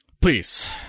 please